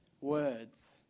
words